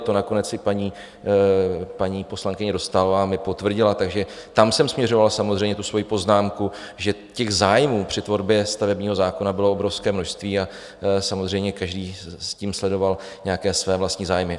To nakonec i paní poslankyně Dostálová mi potvrdila, takže tam jsem směřoval samozřejmě tu svoji poznámku, že těch zájmů při tvorbě stavebního zákona bylo obrovské množství, a samozřejmě každý tím sledoval nějaké své vlastní zájmy.